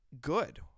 good